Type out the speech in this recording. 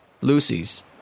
Lucy's